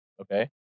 Okay